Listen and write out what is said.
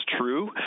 true